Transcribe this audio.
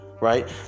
right